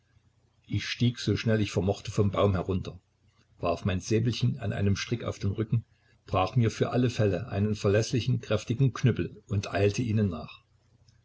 ich stieg so schnell ich vermochte vom baum herunter warf mein säbelchen an seinem strick auf den rücken brach mir für alle fälle einen verläßlichen kräftigen knüppel und eilte ihnen nach